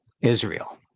Israel